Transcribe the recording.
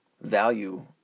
value